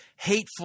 hateful